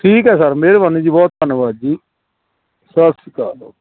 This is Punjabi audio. ਠੀਕ ਹੈ ਸਰ ਮੇਹਰਬਾਨੀ ਜੀ ਬਹੁਤ ਧੰਨਵਾਦ ਜੀ ਸਤਿ ਸ਼੍ਰੀ ਅਕਾਲ